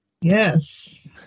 Yes